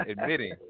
admitting